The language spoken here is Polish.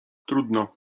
trudno